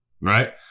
right